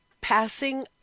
passing